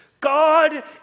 God